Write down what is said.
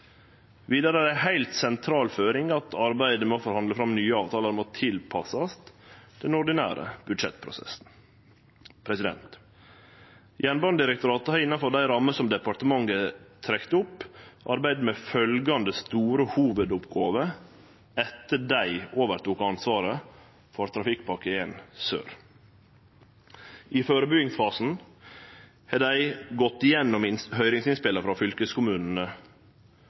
Vidare er det ei heilt sentral føring at arbeidet med å forhandle fram nye avtalar må tilpassast den ordinære budsjettprosessen. Jernbanedirektoratet har innanfor dei rammer som departementet har trekt opp, arbeidd med følgjande store hovudoppgåver etter at dei tok over ansvaret for Trafikkpakke 1 Sør: I førebuingsfasen har dei gått gjennom høyringsinnspela frå